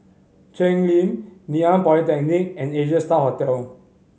Cheng Lim Ngee Ann Polytechnic and Asia Star Hotel